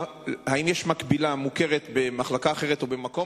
האם יש מקבילה מוכרת במחלקה אחרת או במקום